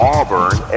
Auburn